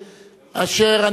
אשר,